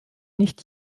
nicht